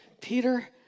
Peter